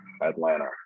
Atlanta